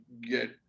get